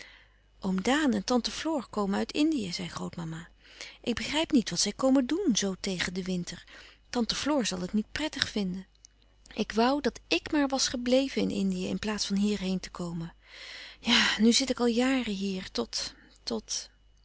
oom daan en tante floor komen uit indië zei grootmama ik begrijp niet wat zij komen doen zoo tegen den winter tante floor zal het niet prettig vinden ik woû dat ik maar was gebleven in indië in plaats van hierheen te komen ja nu zit ik al jaren hier tot tot